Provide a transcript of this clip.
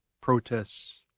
protests